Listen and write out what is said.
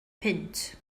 punt